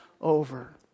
over